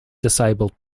disabled